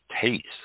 taste